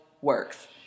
works